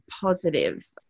positive